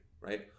right